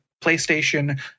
PlayStation